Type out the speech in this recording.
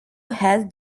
had